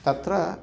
तत्र